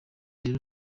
rero